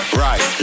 right